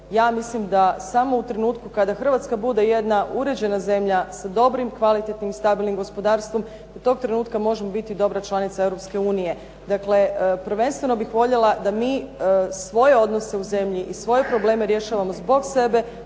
Ja mislim da samo u trenutku kada Hrvatska bude jedna uređena zemlja s dobrim, kvalitetnim i stabilnim gospodarstvom da tog trenutka možemo biti dobra članica Europske unije. Dakle, prvenstveno bih voljela da mi svoje odnose u zemlji i svoje probleme rješavamo zbog sebe,